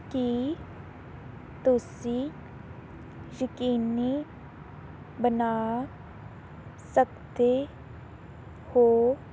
ਕੀ ਤੁਸੀਂ ਯਕੀਨੀ ਬਣਾ ਸਕਦੇ ਹੋ